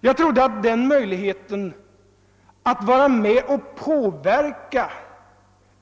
Jag trodde att en möjlighet att påverka